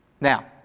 Now